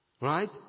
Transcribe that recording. Right